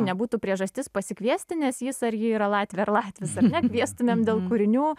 nebūtų priežastis pasikviesti nes jis ar ji yra latvė ar latvis ar ne kviestumėm dėl kūrinių